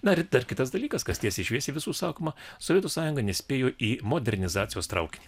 na ir dar kitas dalykas kas tiesiai šviesiai visų sakoma sovietų sąjunga nespėjo į modernizacijos traukinį